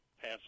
pass